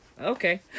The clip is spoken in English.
Okay